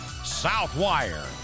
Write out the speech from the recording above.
southwire